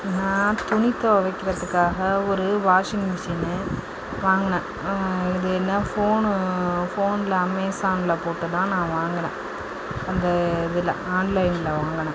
நான் துணி துவைக்கிறதுக்காக ஒரு வாஷிங் மிஷுனு வாங்கினேன் இது என்ன ஃபோனு ஃபோனில் அமேசானில் போட்டு தான் நான் வாங்கினேன் அந்த இதில் ஆன்லைனில் வாங்கினேன்